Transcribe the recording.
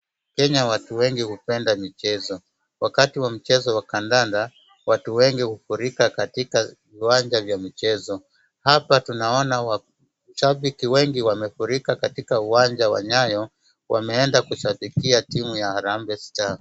Kenya watu wengi hupenda michezo, wakati wa mchezo wa kandanda watu wengi hufurika katika viwanja vya michezo. hapa tunaona shabiki wengi wamefurika katika uwanja wa nyayo. Wameenda kushabikia timu ya Harambee Star.